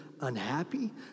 unhappy